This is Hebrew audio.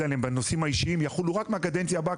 בהם בנושאים האישיים יחולו רק מהקדנציה הבאה,